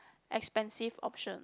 expensive option